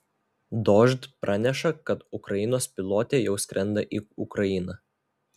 dožd praneša kad ukrainos pilotė jau skrenda į ukrainą